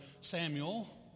Samuel